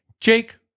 jake